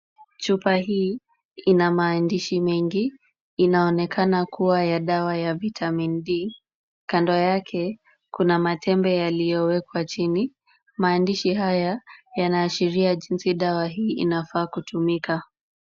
Chupa hii ina maandishi mengi, inaonekana kua ya dawa ya Vitamin D. Kando yake, kuna matembe yaliyowekwa chini. Maandishi haya inaashiria jinsi dawa hii inafaa kutumika.